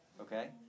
Okay